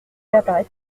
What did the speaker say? l’appareil